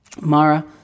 Mara